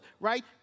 right